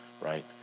right